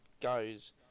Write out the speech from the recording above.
goes